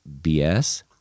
BS